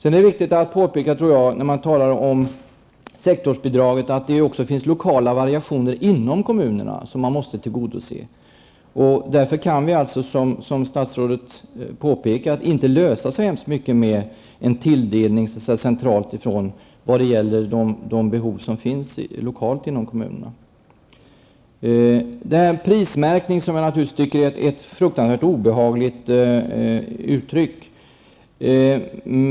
När det gäller sektorsbidraget är det viktigt att påpeka att det också finns lokala variationer inom kommunerna som måste tillgodoses. Precis som statsrådet påpekar går det inte att uppfyllde så många av de lokala behoven i kommunerna med centrala tilldelningar. Prismärkning är ett fruktansvärt obehagligt uttryck.